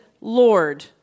Lord